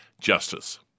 justice